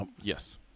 Yes